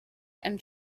and